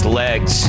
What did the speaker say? legs